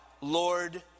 Lord